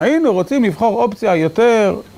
היינו רוצים לבחור אופציה יותר...